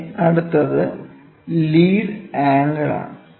പിന്നെ അടുത്തത് lead angle lead angle ആണ്